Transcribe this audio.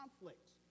conflicts